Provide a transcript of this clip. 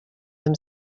them